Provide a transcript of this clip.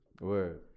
word